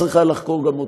צריך היה לחקור גם אותם.